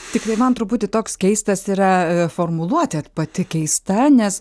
tiktai man truputį toks keistas yra formuluotė pati keista nes